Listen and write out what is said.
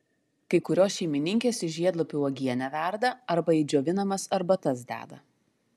kai kurios šeimininkės iš žiedlapių uogienę verda arba į džiovinamas arbatas deda